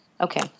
Okay